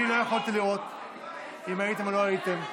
אני לא יכולתי לראות אם הייתם או לא הייתם.